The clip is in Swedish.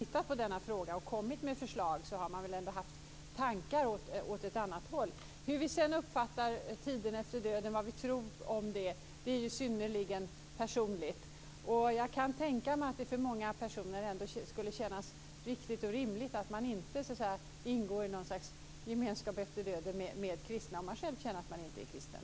Fru talman! När en särskild kommitté har tittat på denna fråga om kommit med ett förslag har man väl ändå haft tankar åt ett annat håll. Hur vi sedan uppfattar tiden efter döden och vad vi tror om det är synnerligen personligt. Jag kan tänka mig att det för många personer skulle kännas riktigt och rimligt att inte ingå i något slags gemenskap efter döden med kristna om man själv känner att man inte är kristen.